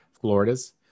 florida's